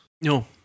No